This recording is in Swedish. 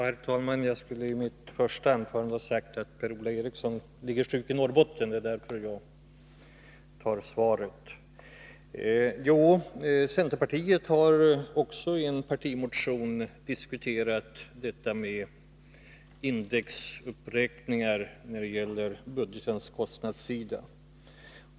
Herr talman! Jag skulle i mitt anförande ha sagt att Per-Ola Eriksson ligger sjuk hemma i Norrbotten. Det är därför som jag tar emot svaret. Också centerpartiet har i en partimotion diskuterat problemet med indexuppräkningar när det gäller budgetens kostnadssida.